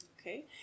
okay